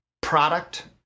product